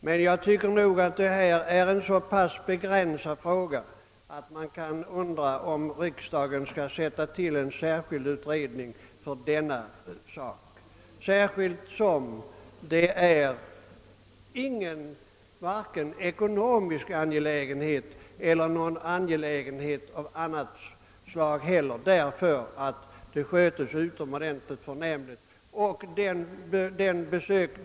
Men jag tycker att det är en så pass begränsad fråga, att man kan undra om riksdagen skall begära tillsättandet av en utredning för denna sak, särskilt som det inte är någon ekonomisk angelägenhet — eller någon angelägenhet av annat slag heller. Området sköts nämligen utomordentligt förnämligt.